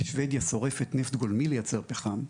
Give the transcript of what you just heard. ושבדיה שורפת נפט גולמי לייצר פחם.